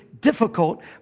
difficult